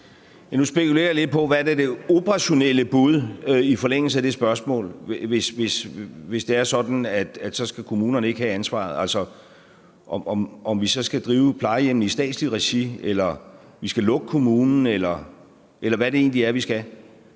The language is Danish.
Nu spekulerer jeg lidt på, hvad der er det operationelle bud i forlængelse af det spørgsmål, hvis det er sådan, at kommunerne ikke skal have ansvaret, altså om vi så skal drive plejehjemmene i statsligt regi eller vi skal lukke kommunen, eller hvad det egentlig er, vi skal.